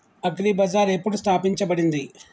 Agri Bazaar ఎప్పుడు స్థాపించబడింది?